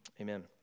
Amen